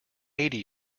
eighty